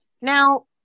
Now